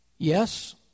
Yes